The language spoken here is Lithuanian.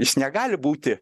jis negali būti